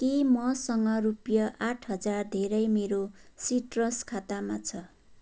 के मसँग रुपियाँ आठ हजार धेरै मेरो सिट्रस खातामा छ